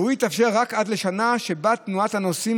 והוא יתאפשר רק עד לשנה שבה תנועת הנוסעים